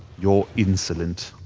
you're insolent.